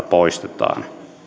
poistetaan